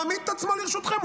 מעמיד את עצמו לרשותכם.